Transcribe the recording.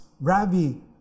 Ravi